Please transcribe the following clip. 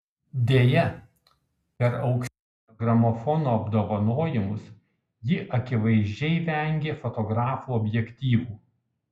deja per auksinio gramofono apdovanojimus ji akivaizdžiai vengė fotografų objektyvų